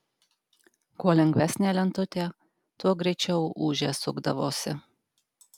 kuo lengvesnė lentutė tuo greičiau ūžė sukdavosi